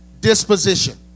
disposition